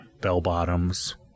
Bell-bottoms